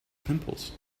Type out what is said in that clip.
pimples